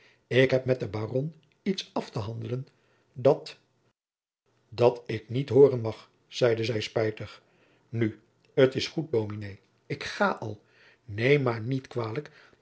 ik heb met den heer baron iets af te handelen dat jacob van lennep de pleegzoon dat ik niet hooren mag zeide zij spijtig nu t is goed dominé ik ga al neem maar niet kwalijk